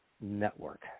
Network